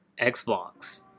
Xbox